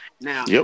Now